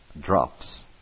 drops